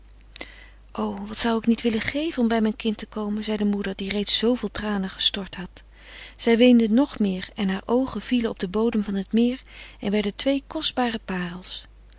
o wat zou ik niet willen geven om bij mijn kind te komen zei de moeder die reeds zooveel tranen gestort had zij weende nog meer en haar oogen vielen op den bodem van het meer en werden twee kostbare parels